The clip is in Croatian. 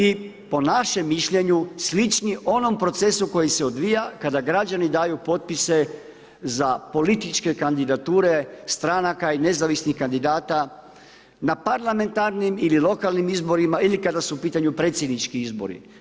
I po našem mišljenju slični onom procesu koji se odvija kada građani daju potpise za političke kandidature stranaka i nezavisnih kandidata na parlamentarnim ili lokalnim izborima ili kada su u pitanju predsjednički izbori.